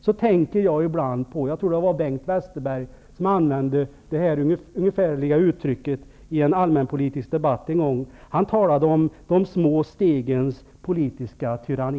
Då tänker jag på det Bengt Westerberg sade i en allmänpolitisk debatt om de små stegens politiska tyranni.